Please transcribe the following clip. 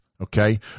okay